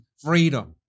freedom